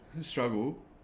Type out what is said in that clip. Struggle